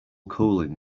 cooling